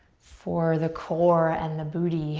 for the core and the booty